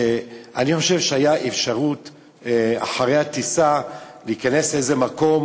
אני חושב שהייתה אפשרות אחרי הטיסה להיכנס לאיזה מקום,